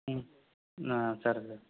సరే సార్